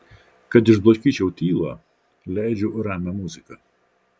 kad išblaškyčiau tylą leidžiu ramią muziką